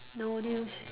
no news